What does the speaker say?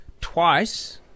twice